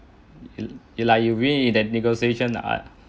ya lah you ready to negotiation